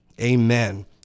Amen